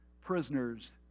prisoners